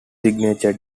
signature